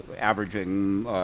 averaging